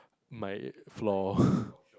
my floor